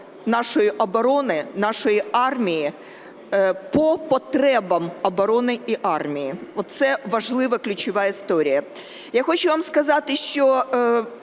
нашої оборони, нашої армії по потребам оборони і армії. От це важлива ключова історія. Я хочу вам сказати, що